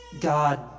God